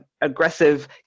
aggressive